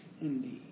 indeed